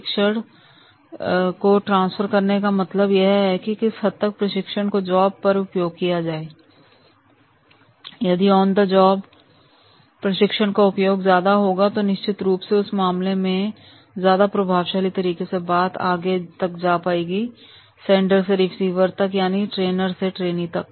शिक्षण को ट्रांसफर करने का मतलब यह है कि किस हद तक प्रशिक्षण को जॉब पर उपयोग किया जाएगा यदि ऑन द जॉब प्रशिक्षण का उपयोग ज्यादा होगा तो निश्चित रूप से उस मामले में ज्यादा प्रभावशाली तरीके से बात आगे तक जा पाएगी सेंडर से रिसीवर तक यानी ट्रेनर से ट्रेनी तक